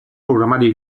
programari